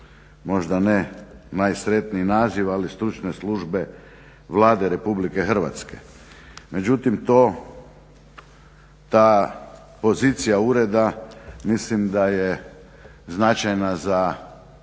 možda ne najsretniji naziv ali stručne službe Vlade RH. Međutim, to ta pozicija ureda mislim da je značajna za